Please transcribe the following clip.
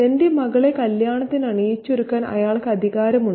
തന്റെ മകളെ കല്യാണത്തിന് അണിയിച്ചൊരുക്കാൻ അയാൾക്ക് അധികാരമുണ്ട്